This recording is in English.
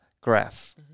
graph